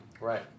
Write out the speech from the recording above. Right